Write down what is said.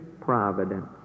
providence